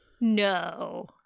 No